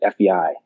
FBI